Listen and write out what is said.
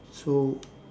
so